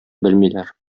белмиләр